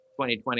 2020